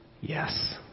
yes